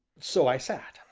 so i sat,